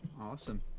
Awesome